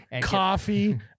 coffee